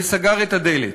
וסגר את הדלת.